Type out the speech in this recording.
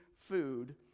food